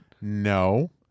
No